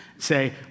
say